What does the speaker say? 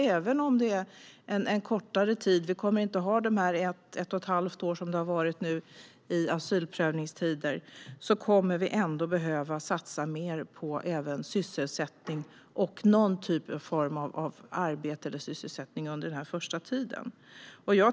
Även om det blir fråga om kortare asylprövningstider - inte ett till ett och ett halvt år - kommer vi ändå att behövs satsa mer på någon form av arbete eller sysselsättning för den första tiden.